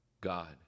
God